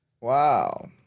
Wow